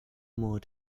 more